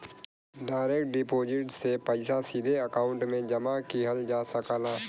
direct deposit से पइसा सीधे अकांउट में जमा किहल जा सकला